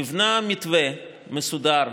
נבנה מתווה מסודר,